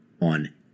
on